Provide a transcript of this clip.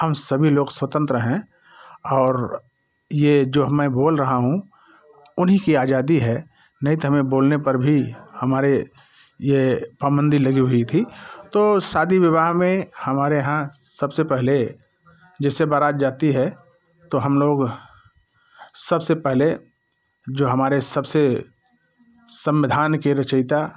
हम सभी लोग स्वतंत्र हैं और यह जो हमें बोल रहा हूँ उन्हीं की आजादी है नहीं तो हमें बोलने पर भी हमारे ये पाबंदी लगी हुई थी तो शादी विवाह में हमारे यहाँ सबसे पहले जैसे बारात जाती है तो हम लोग सबसे पहले जो हमारे सबसे संविधान के रचयिता